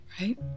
right